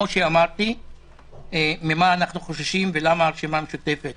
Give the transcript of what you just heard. אמרתי ממה אנחנו חוששים ולמה הרשימה המשותפת